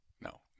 no